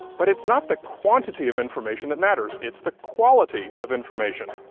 but it's not the quantity of information that matters, it's the quality of information.